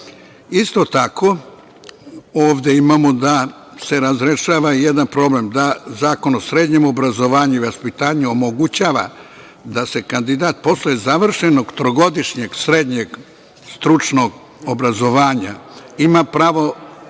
6.Isto tako, ovde imamo da se razrešava jedan problem, da Zakon o srednjem obrazovanju i vaspitanju omogućava da kandidat posle završenog trogodišnjeg srednjeg stručnog obrazovanja ima pravo